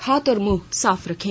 हाथ और मुंह साफ रखें